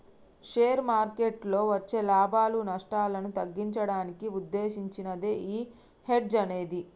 share మార్కెట్టులో వచ్చే లాభాలు, నష్టాలను తగ్గించడానికి వుద్దేశించినదే యీ హెడ్జ్ అనేది